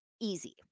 easy